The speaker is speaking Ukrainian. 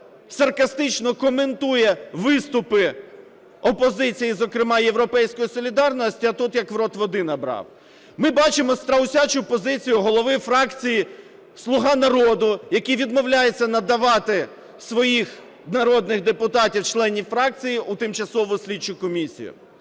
саркастично коментує виступи опозиції, зокрема, "Європейської солідарності", а тут як в рот води набрав. Ми бачимо "страусячу позицію" голови фракції "Слуга народу", який відмовляється надавати своїх народних депутатів, членів фракції, у тимчасову слідчу комісію.